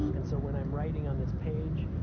and so when i'm writing on this page,